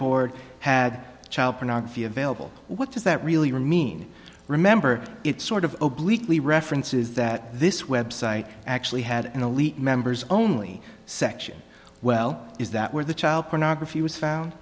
board had child pornography available what does that really mean remember it's sort of a bleak lee reference is that this website actually had an elite members only section well is that where the child pornography was found